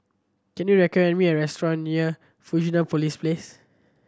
can you recommend me a restaurant near Fusionopolis Place